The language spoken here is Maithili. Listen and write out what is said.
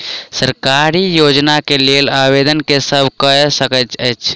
सरकारी योजना केँ लेल आवेदन केँ सब कऽ सकैत अछि?